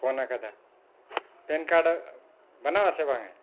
phone ᱠᱟᱫᱟ PAN card ᱵᱟᱱᱟᱣᱟ ᱥᱮ ᱵᱟᱝᱟ